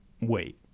Wait